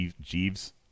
jeeves